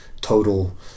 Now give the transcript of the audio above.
total